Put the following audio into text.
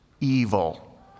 evil